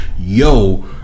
yo